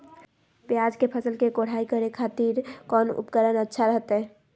प्याज के फसल के कोढ़ाई करे खातिर कौन उपकरण अच्छा रहतय?